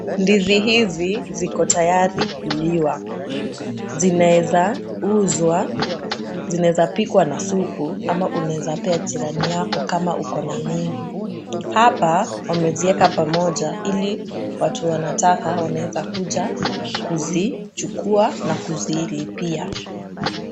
Ndizi hizi ziko tayari kuliwa. Zinaeza uzwa, zinaeza pikwa na supu ama unaweza pea jirani yako kama uko na mingi. Hapa wamezieka pamoja ili watu wanataka wanaweza kuja kuzichukua na kuzilipia.